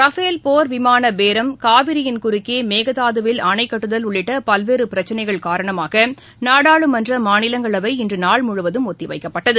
Rafale போர் விமான பேரம் காவிரியின் குறுக்கே மேகதாதுவில் அணைகட்டுதல் உள்ளிட்ட பல்வேறு பிரச்சினைகள் காரணமாக நாடாளுமன்ற மாநிலங்களவை இன்று நாள் முழுவதும் ஒத்திவைக்கப்பட்டது